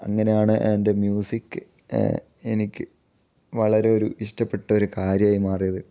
അങ്ങനെയാണ് എൻ്റെ മ്യൂസിക് എനിക്ക് വളരെ ഒരു ഇഷ്ടപ്പെട്ട ഒരു കാര്യമായി മാറിയത്